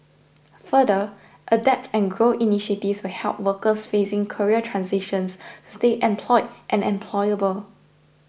further adapt and grow initiatives will help workers facing career transitions to stay employed and employable